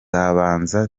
umubare